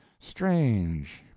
strange.